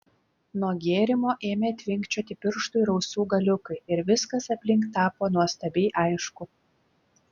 nuo gėrimo ėmė tvinkčioti pirštų ir ausų galiukai ir viskas aplink tapo nuostabiai aišku